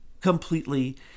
completely